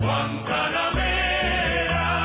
Guantanamera